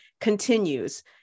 continues